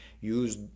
use